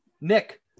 nick